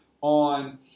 on